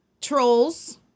trolls